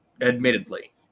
admittedly